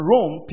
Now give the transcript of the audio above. Rome